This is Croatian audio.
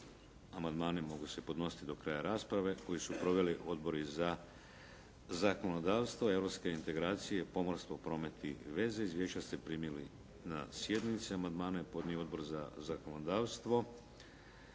Amandmani se mogu podnositi do kraja rasprave koju su proveli Odbori za zakonodavstvo, europske integracije i pomorstvo, promet i veze. Izvješća ste primili na sjednicama. Amandmane je podnio Odbor za zakonodavstvo.